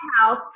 house